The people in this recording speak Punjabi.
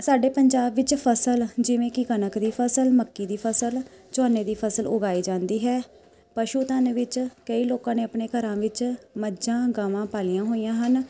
ਸਾਡੇ ਪੰਜਾਬ ਵਿੱਚ ਫਸਲ ਜਿਵੇਂ ਕਿ ਕਣਕ ਦੀ ਫਸਲ ਮੱਕੀ ਦੀ ਫਸਲ ਝੋਨੇ ਦੀ ਫਸਲ ਉਗਾਈ ਜਾਂਦੀ ਹੈ ਪਸ਼ੂ ਧਨ ਵਿੱਚ ਕਈ ਲੋਕਾਂ ਨੇ ਆਪਣੇ ਘਰਾਂ ਵਿੱਚ ਮੱਝਾਂ ਗਾਵਾਂ ਪਾਲੀਆਂ ਹੋਈਆਂ ਹਨ